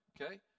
okay